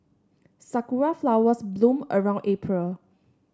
Sakura flowers bloom around April